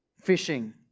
fishing